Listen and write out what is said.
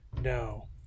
No